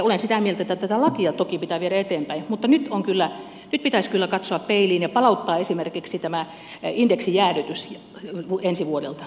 olen sitä mieltä että tätä lakia toki pitää viedä eteenpäin mutta nyt pitäisi kyllä katsoa peiliin ja palauttaa esimerkiksi tämä indeksijäädytys ensi vuodelta